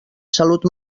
salut